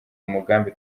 umugambi